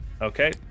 okay